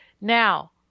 Now